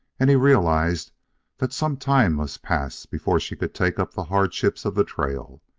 and he realized that some time must pass before she could take up the hardships of the trail.